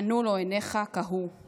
/ ענו לו עיניך כהו /